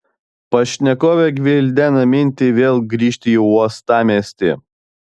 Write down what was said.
pašnekovė gvildena mintį vėl grįžti į uostamiestį